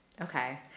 Okay